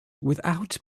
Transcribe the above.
without